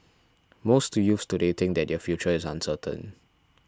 most youths today think that their future is uncertain